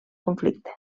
conflicte